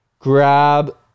grab